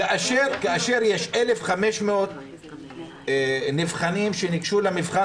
כאשר יש 1,500 נבחנים שניגשו למבחן